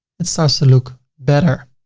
it starts to look better.